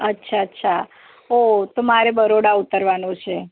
અચ્છા અચ્છા ઓ તો મારે બરોડા ઉતરવાનું છે